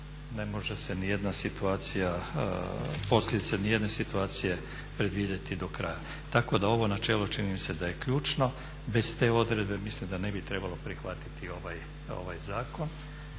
situacija, posljedica nijedne situacije predvidjeti do kraja. Tako da ovo načelo čini mi se da je ključno. Bez te odredbe mislim da ne bi trebalo prihvatiti ovaj zakon.